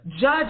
judge